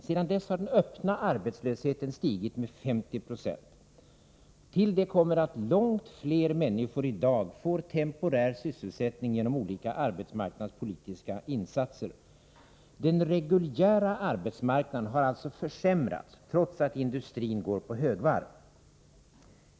Sedan dess har den öppna arbetslösheten stigit med 50 90. Därtill kommer att långt fler människor i dag får temporär sysselsättning genom olika arbetsmarknadspolitiska insatser. Den reguljära arbetsmarknaden har alltså försämrats, trots att industrin går på högvarv.